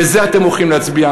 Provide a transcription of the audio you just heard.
ועל זה אתם הולכים להצביע.